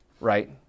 right